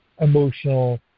emotional